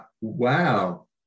wow